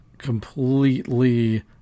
Completely